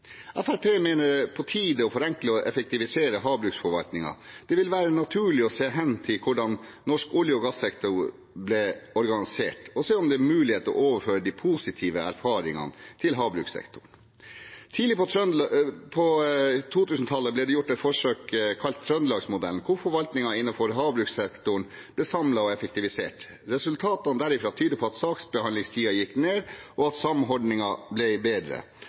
mener det er på tide å forenkle og effektivisere havbruksforvaltningen. Det vil være naturlig å se hen til hvordan norsk olje- og gassektor ble organisert, og se om det er mulighet for å overføre de positive erfaringene til havbrukssektoren. Tidlig på 2000-tallet ble det gjort et forsøk kalt trøndelagsmodellen, hvor forvaltningen innenfor havbrukssektoren ble samlet og effektivisert. Resultatene derfra tyder på at saksbehandlingstiden gikk ned, at samordningen ble bedre, og at de offentlige ressursene ble bedre